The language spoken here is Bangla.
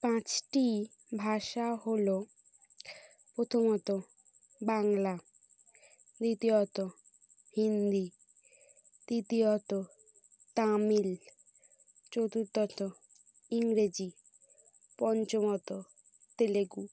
পাঁচটি ভাষা হলো প্রথমত বাংলা দ্বিতীয়ত হিন্দি তৃতীয়ত তামিল চতুর্থত ইংরেজি পঞ্চমত তেলুগু